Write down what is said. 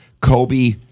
Kobe